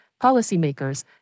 policymakers